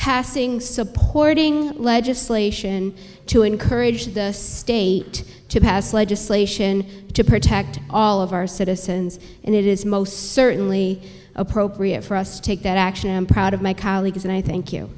passing supporting legislation to encourage this state to pass legislation to protect all of our citizens and it is most certainly appropriate for us to take that action i am proud of my colleagues and i thank you